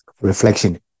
reflection